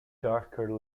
darker